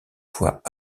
fois